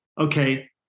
okay